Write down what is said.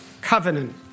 covenant